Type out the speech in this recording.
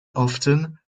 often